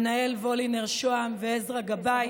ענהאל וולינר-שוהם ועזרא גבאי.